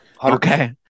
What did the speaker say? Okay